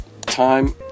time